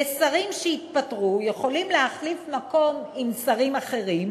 ושרים שהתפטרו יכולים להחליף מקום עם שרים אחרים,